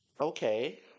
okay